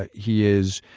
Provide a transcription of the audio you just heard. ah he is,